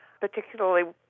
particularly